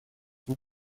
vous